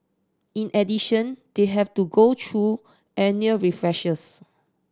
in addition they have to go through annual refreshers